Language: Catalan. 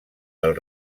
del